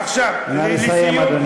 נא לסיים, אדוני.